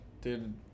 dude